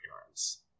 appearance